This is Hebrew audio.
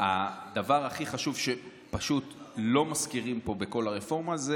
הדבר הכי חשוב שפשוט לא מזכירים פה בכל הרפורמה זה